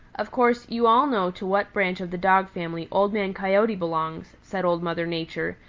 of course, you all know to what branch of the dog family old man coyote belongs, said old mother nature,